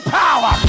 power